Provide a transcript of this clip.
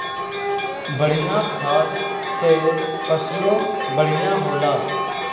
बढ़िया खाद से फसलों बढ़िया होला